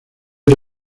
era